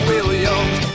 Williams